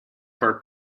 for